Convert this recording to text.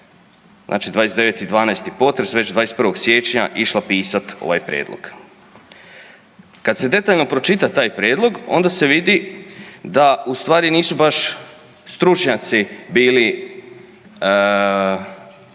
znači 29.12. potres, već 21. siječnja išla pisat ovaj prijedlog. Kad se detaljno pročitaj taj prijedlog, onda se vidi da ustvari nisu baš stručnjaci bili